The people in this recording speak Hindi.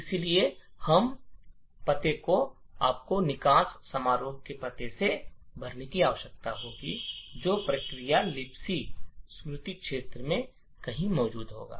इसलिए इस पते को आपको निकास function के पते से भरने की आवश्यकता होगी जो प्रक्रिया के लिबसी स्मृति क्षेत्र में कहीं मौजूद होगा